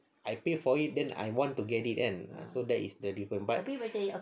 I pay for it then I want to get it kan so that is the difference